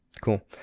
cool